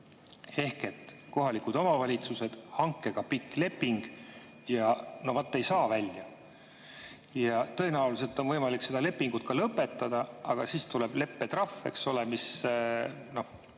Ehk et on kohalikud omavalitsused, hankega pikk leping ja no vot ei saa välja. Tõenäoliselt on võimalik seda lepingut ka lõpetada, aga siis tuleb leppetrahv, eks ole, mis